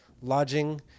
lodging